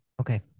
Okay